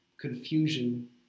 confusion